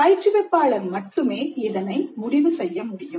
பயிற்றுவிப்பாளர் மட்டுமே இதனை முடிவு செய்ய முடியும்